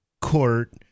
court